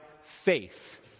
faith